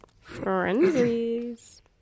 Frenzies